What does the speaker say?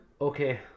Okay